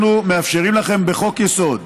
אנחנו מאפשרים לכם בחוק-יסוד